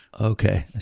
Okay